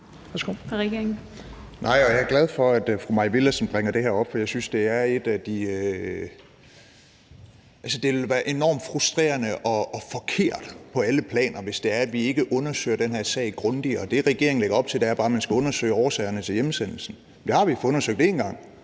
jeg er glad for, at fru Mai Villadsen bringer det her op. For jeg synes, det vil være enormt frustrerende og forkert på alle planer, hvis det er, at vi ikke undersøger den her sag grundigere. Det, regeringen lægger op til, er bare, at man skal undersøge årsagerne til hjemsendelsen. Men det har vi fået undersøgt en gang.